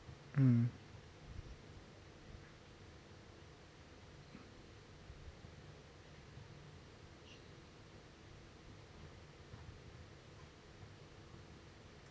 mm